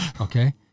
Okay